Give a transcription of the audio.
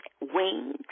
wings